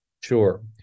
Sure